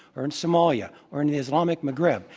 or in somalia, or in islamic maghreb.